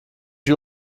you